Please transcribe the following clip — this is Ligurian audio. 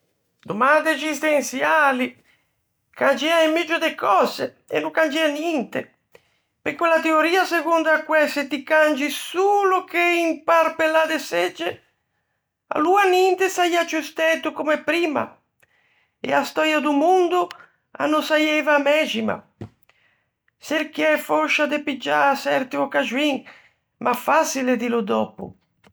Domande existençiali. Cangiæ un muggio de cöse, e no cangiæ ninte, pe quella teoria segondo a quæ se ti cangi solo che un parpellâ de çegge, e aloa ninte saià ciù stæto comme primma, e a stöia do mondo a no saieiva a mæxima. Çerchiæ fòscia de piggiâ çerte occaxoin, ma façile dîlo dòppo.